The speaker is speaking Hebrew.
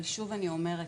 שוב אני אומרת,